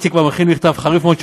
איציק כבר מכין מכתב חריף מאוד,